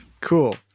Cool